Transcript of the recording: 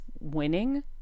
winning